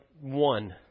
one